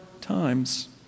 times